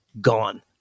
gone